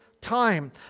time